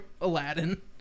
Aladdin